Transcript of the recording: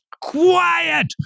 Quiet